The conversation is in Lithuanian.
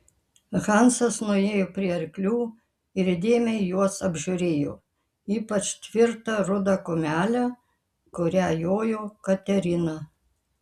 hansas nuėjo prie arklių ir įdėmiai juos apžiūrėjo ypač tvirtą rudą kumelę kuria jojo katerina